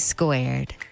Squared